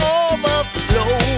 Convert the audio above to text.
overflow